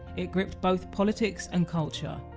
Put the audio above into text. it gripped both politics and culture.